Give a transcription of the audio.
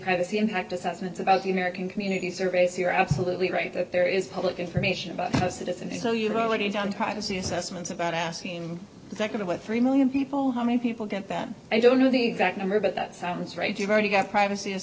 privacy impact assessments about the american community survey so you're absolutely right that there is public information about a citizen so you've already done privacy assessments about asking the nd about three million people how many people get that i don't know the exact number but that sounds right you've already got privacy